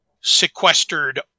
sequestered